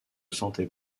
sentait